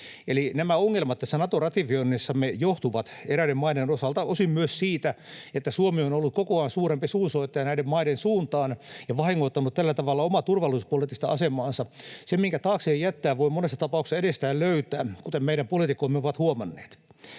nämä ongelmat näissä Nato-ratifioinneissamme johtuvat eräiden maiden osalta osin myös siitä, että Suomi on ollut kokoaan suurempi suunsoittaja näiden maiden suuntaan ja vahingoittanut tällä tavalla omaa turvallisuuspoliittista asemaansa. Sen, minkä taakseen jättää, voi monessa tapauksessa edestään löytää, kuten meidän poliitikkomme ovat huomanneet.